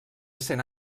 cent